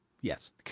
Yes